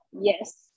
Yes